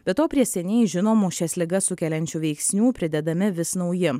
be to prie seniai žinomų šias ligas sukeliančių veiksnių pridedami vis nauji